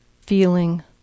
feeling